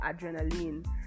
adrenaline